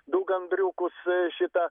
du gandriukus šita